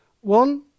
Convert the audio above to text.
one